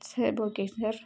sir okay sir